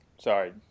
sorry